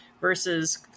versus